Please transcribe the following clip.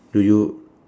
do you